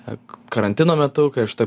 ak karantino metu kai aš taip